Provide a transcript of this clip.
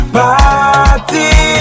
party